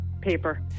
Paper